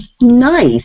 nice